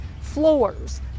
Floors